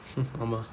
ஆமா:aamaa